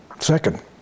Second